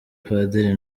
padiri